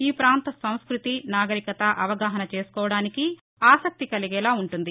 ఈ ప్రాంత సంస్థుతి నాగరికత అవగాహన చేసుకోవడానికి ఆసక్తి కలిగేలా ఉంటుంది